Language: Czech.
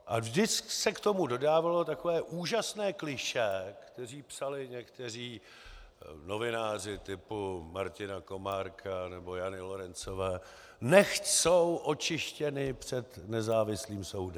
A vždy se k tomu dodávalo takové úžasné klišé, které psali někteří novináři typu Martina Komárka nebo Jany Lorencové: nechť jsou očištěni před nezávislým soudem.